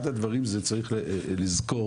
אחד הדברים, צריך לזכור